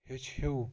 ہیٚچھِو